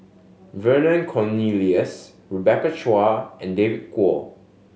Vernon Cornelius Rebecca Chua and David Kwo